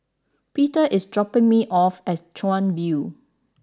Peter is dropping me off at Chuan View